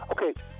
Okay